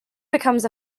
becomes